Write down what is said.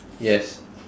yes